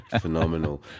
Phenomenal